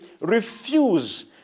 refuse